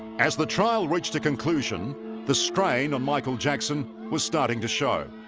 as the trial reached a conclusion the strain of michael jackson was starting to show